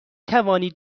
توانید